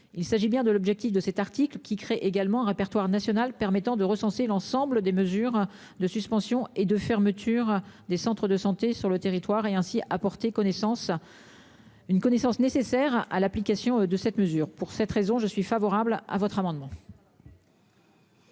Il s'agit bien de l'objectif de cet article qui crée également un répertoire national permettant de recenser l'ensemble des mesures de suspension et de fermeture des centres de santé sur le territoire et ainsi apporter connaissance. Une connaissance nécessaires à l'application de cette mesure pour cette raison, je suis favorable à votre amendement.